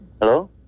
Hello